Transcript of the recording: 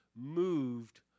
moved